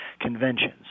conventions